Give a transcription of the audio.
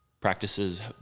practices